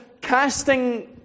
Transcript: casting